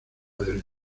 del